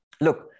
Look